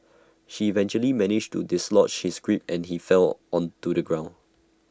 she eventually managed to dislodge his grip and he fell to the ground